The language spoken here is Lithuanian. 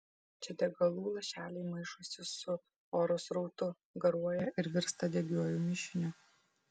čia degalų lašeliai maišosi su oro srautu garuoja ir virsta degiuoju mišiniu